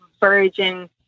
virgin